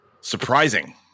surprising